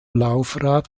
laufrad